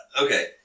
Okay